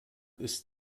ist